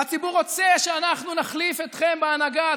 והציבור רוצה שאנחנו נחליף אתכם בהנהגה.